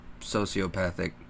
sociopathic